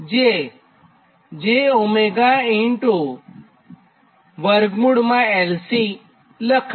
જે j𝜔LC લખાય